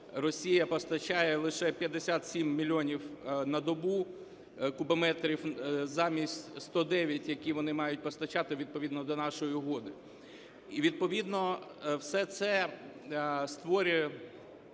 Росія постачає лише 57 мільйонів на добу кубометрів замість 109, які вони мають постачати відповідно до нашої угоди. Відповідно все це створює